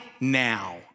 now